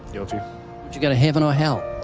guilty. would you go to heaven or hell?